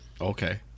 Okay